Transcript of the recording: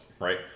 right